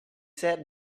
sat